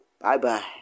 Bye-bye